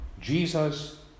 Jesus